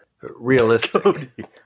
Realistic